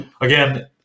again